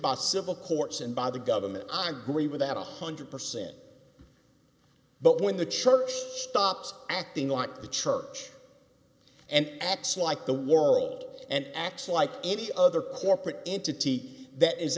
by civil courts and by the government i agree with that one hundred percent but when the church stops acting like the church and at slike the world and acts like any other corporate entity that is